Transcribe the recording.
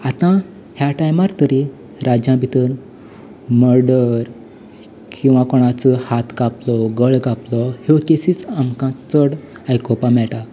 आतां ह्या टायमार तरी राज्यां भितर मर्डर किंवा कोणाचो हात कापलो गळो कापलो ह्यो केसिस आमकां चड आयकुपाक मेळटा